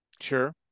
Sure